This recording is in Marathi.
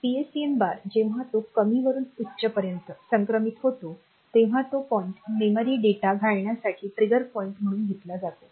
PSN बार जेव्हा तो कमी वरून उच्चपर्यंत संक्रमित होतो तेव्हा तो पॉईंट मेमरी डेटा घालण्यासाठी ट्रिगर पॉईंट म्हणून घेतला जातो